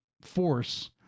force